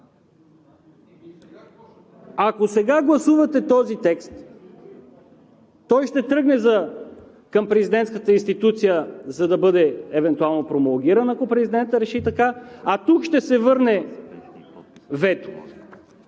Ако сега гласувате този текст, той ще тръгне към президентската институция, за да бъде, евентуално, промулгиран, ако президентът реши така, а тук ще се върне вето.